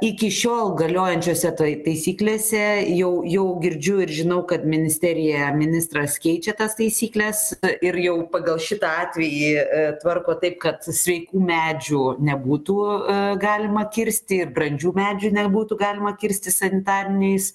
iki šiol galiojančiose tai taisyklėse jau jau girdžiu ir žinau kad ministerija ministras keičia tas taisykles ir jau pagal šitą atvejį tvarko taip kad sveikų medžių nebūtų galima kirsti ir brandžių medžių nebūtų galima kirsti sanitariniais